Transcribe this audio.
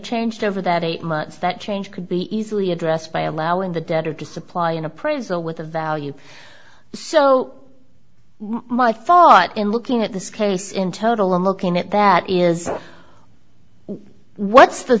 changed over that eight months that change could be easily addressed by allowing the debtor to supply an appraisal with a value so my thought in looking at this case in total i'm looking at that is what's the